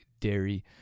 dairy